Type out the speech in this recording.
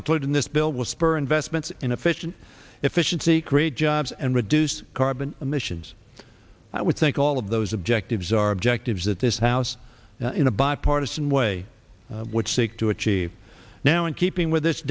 include in this bill will spur investments in efficient efficiency create jobs and reduce carbon emissions i would think all of those objectives are objectives that this house in a bipartisan way which seek to achieve now in keeping with this